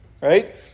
right